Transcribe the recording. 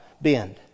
bend